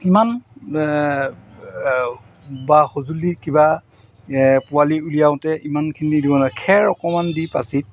ইমান বা সঁজুলি কিবা পোৱালি উলিয়াওঁতে ইমানখিনি দিব নোৱাৰে খেৰ অকণমান দি পাচিত